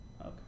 okay